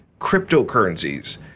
cryptocurrencies